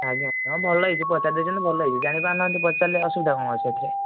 ଆଜ୍ଞା ହଁ ଭଲ ହେଇଛି ପଚାରି ଦେଇଛନ୍ତି ଭଲ ହେଇଛି ଜାଣିପାରୁ ନାହାଁନ୍ତି ପଚାରିଲେ ଅସୁବିଧା କ'ଣ ଅଛି ଏଥିରେ